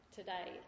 today